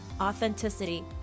authenticity